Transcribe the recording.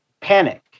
panic